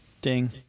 Ding